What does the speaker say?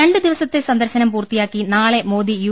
രണ്ട് ദിവസത്തെ സന്ദർശനം പൂർത്തിയാക്കി നാളെ മോദി യു